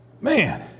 Man